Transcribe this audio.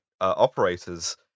operators